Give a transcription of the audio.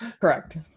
correct